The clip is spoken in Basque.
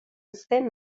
zen